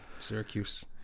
Syracuse